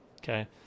okay